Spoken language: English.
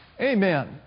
Amen